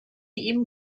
ihm